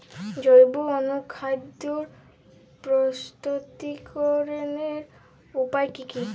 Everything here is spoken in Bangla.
জৈব অনুখাদ্য প্রস্তুতিকরনের উপায় কী কী?